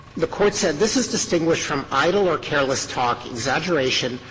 the court said, this is distinguished from idle or careless talk, exaggeration,